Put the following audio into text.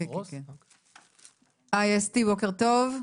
בוקר טוב.